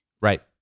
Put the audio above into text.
Right